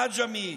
עג'מי,